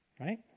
right